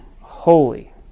holy